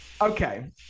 okay